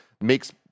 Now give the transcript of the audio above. makes